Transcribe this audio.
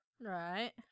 Right